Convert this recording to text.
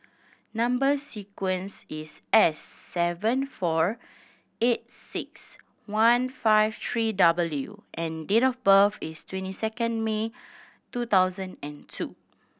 number sequence is S seven four eight six one five three W and date of birth is twenty second May two thousand and two